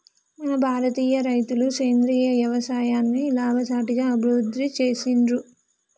మన భారతీయ రైతులు సేంద్రీయ యవసాయాన్ని లాభసాటిగా అభివృద్ధి చేసిర్రు